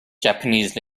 japanese